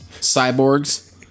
cyborgs